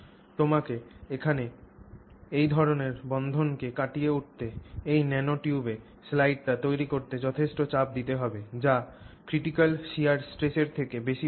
তোমাকে এখন এই ধরণের বন্ধনকে কাটিয়ে উঠতে এবং এই ন্যানোটিউবে স্লাইডটি তৈরি করতে যথেষ্ট চাপ দিতে হবে যা critical shear stress এর থেকে বেশি হতে হবে